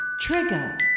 Trigger